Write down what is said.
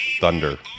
Thunder